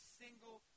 single